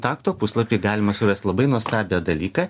takto puslapy galima surasti labai nuostabią dalyką